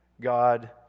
God